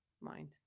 mind